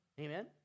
Amen